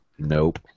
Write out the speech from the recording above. Nope